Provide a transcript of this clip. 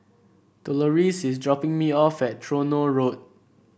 Doloris is dropping me off at Tronoh Road